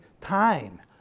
time